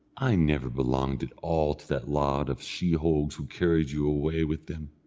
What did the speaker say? i never belonged at all to that lot of sheehogues who carried you away with them.